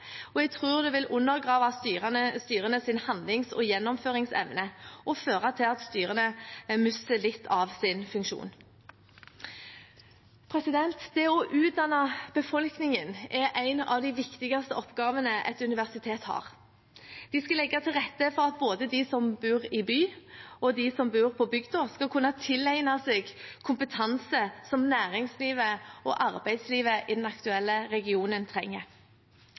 Jeg tror det vil undergrave styrenes handlings- og gjennomføringsevne og føre til at styrene mister litt av sin funksjon. Det å utdanne befolkningen er en av de viktigste oppgavene et universitet har. De skal legge til rette for at både de som bor i byer, og de som bor på bygda, skal kunne tilegne seg kompetanse som næringslivet og arbeidslivet i den aktuelle regionen trenger.